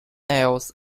else